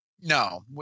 No